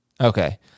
Okay